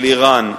של אירן,